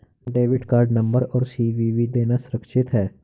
Debit card number और CVV देना सुरक्षित है?